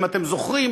אם אתם זוכרים,